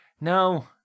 no